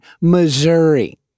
Missouri